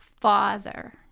father